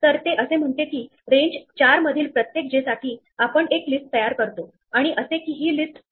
मला माहित आहे की जर माझ्याकडे काही पॉईंट वर मर्यादित स्क्वेअर चा सेट आहे तेव्हा ही प्रक्रिया बंद होईल